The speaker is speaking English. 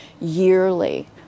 yearly